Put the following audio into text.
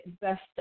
best